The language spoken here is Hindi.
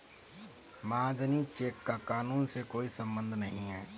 महाजनी चेक का कानून से कोई संबंध नहीं है